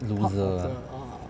loser right